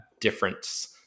difference